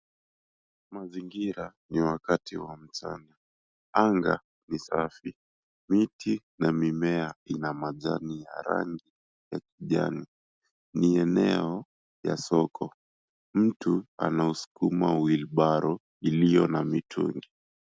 Mazingira ni wakati wa mchana. Anga ni safi. Miti na mimea ina majani ya rangi ya kijani. Ni eneo ya soko. Mtu anausukuma wheelbarrow iliyo na mitungi.